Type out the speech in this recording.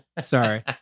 Sorry